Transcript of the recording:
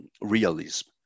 realism